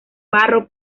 barro